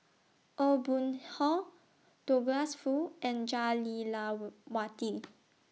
Aw Boon Haw Douglas Foo and Jah Lelawati